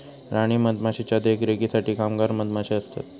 राणी मधमाशीच्या देखरेखीसाठी कामगार मधमाशे असतत